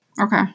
Okay